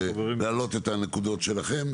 להעלות את הנקודות שלכם,